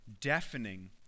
deafening